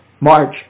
March